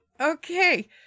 Okay